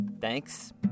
thanks